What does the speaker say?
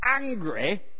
angry